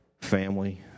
family